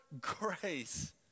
grace